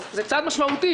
זה צעד משמעותי.